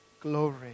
glory